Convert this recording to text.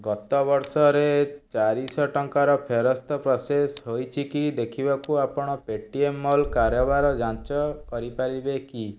ଗତ ବର୍ଷରେ ଚାରିସହ ଟଙ୍କାର ଫେରସ୍ତ ପ୍ରସେସ୍ ହୋଇଛିକି ଦେଖିବାକୁ ଆପଣ ପେଟିଏମ୍ ମଲ୍ କାରବାର ଯାଞ୍ଚ କରିପାରିବେ କି